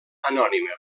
anònima